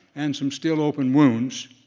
and some still open wounds,